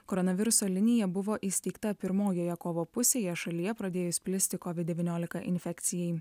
koronaviruso linija buvo įsteigta pirmojoje kovo pusėje šalyje pradėjus plisti covid devyniolika infekcijai